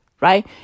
Right